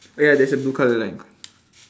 oh ya there's a blue colour line